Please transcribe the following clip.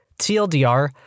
TLDR